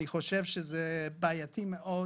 אני חושב שזה בעייתי מאוד